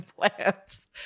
plants